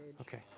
Okay